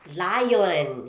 lion